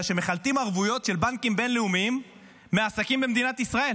שמחלטים ערבויות של בנקים בין-לאומיים מהעסקים במדינת ישראל